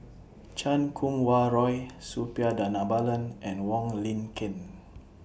Chan Kum Wah Roy Suppiah Dhanabalan and Wong Lin Ken